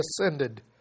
ascended